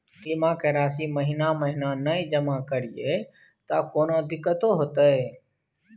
हम बीमा के राशि महीना महीना नय जमा करिए त कोनो दिक्कतों होतय?